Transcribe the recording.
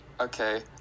Okay